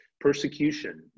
persecution